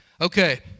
Okay